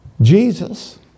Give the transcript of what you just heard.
Jesus